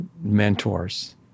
mentors